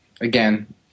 again